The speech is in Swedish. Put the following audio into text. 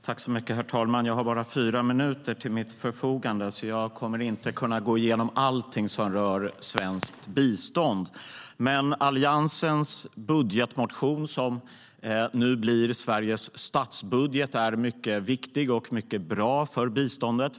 Herr talman! Jag har bara fyra minuter till mitt förfogande, så jag kommer inte att kunna gå igenom allting som rör svenskt bistånd. Alliansens budgetmotion, som nu blir Sveriges statsbudget, är mycket viktig och mycket bra för biståndet.